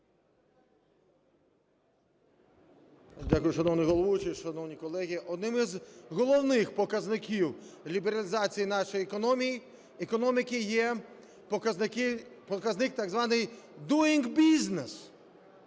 Дякую. Шановний головуючий, шановні колеги! Одним із головних показників лібералізації нашої економіки є показник так званий Doing Business.